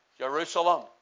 Jerusalem